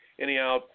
anyhow